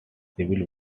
civil